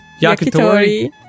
Yakitori